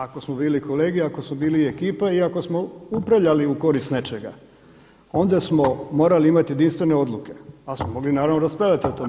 Ako smo bili kolegij, ako smo bili ekipa i ako smo upravljali u korist nečega, onda smo morali imati jedinstvene odluke, ali smo mogli naravno raspravljati o tome.